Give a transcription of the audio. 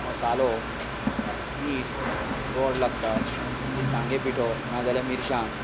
मसालो मीठ गोड लागता मिरसांगे पिठो नाजाल्यार मिरसांग